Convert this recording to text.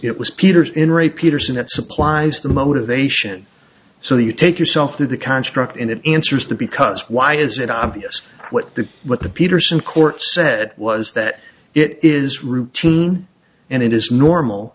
it was peter's in ray peterson that supplies the motivation so you take yourself through the construct and it answers the because why is it obvious what the what the peterson court said was that it is routine and it is normal